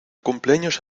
cumpleaños